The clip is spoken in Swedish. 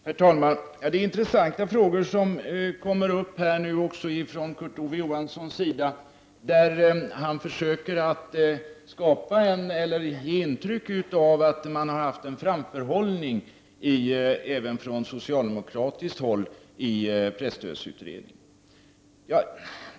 Herr talman! Det är intressanta frågor som Kurt Ove Johansson tar upp. Han försöker ge intryck av att man även från socialdemokratiskt håll har haft en framförhållning i presstödsutredningen.